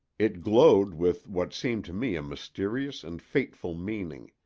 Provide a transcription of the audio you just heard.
it glowed with what seemed to me a mysterious and fateful meaning.